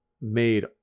made